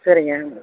சரிங்க